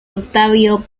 octavio